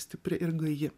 stipri ir gaji